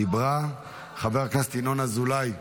דיברה, חבר הכנסת ינון אזולאי מוותר,